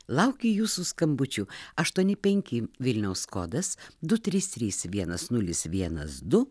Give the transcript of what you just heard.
laukiu jūsų skambučių aštuoni penki vilniaus kodas du trys trys vienas nulis vienas du